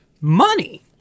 money